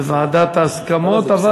בוועדת ההסכמות.